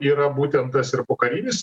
yra būtent tas ir pokarinis